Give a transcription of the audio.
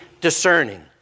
discerning